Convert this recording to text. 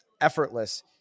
effortless